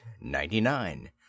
ninety-nine